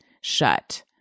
shut